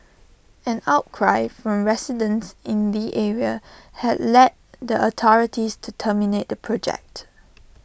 an outcry from residents in the area had led the authorities to terminate the project